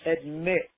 admit